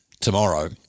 tomorrow